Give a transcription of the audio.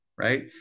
Right